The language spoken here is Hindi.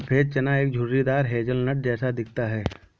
सफेद चना एक झुर्रीदार हेज़लनट जैसा दिखता है